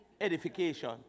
Edification